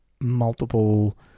multiple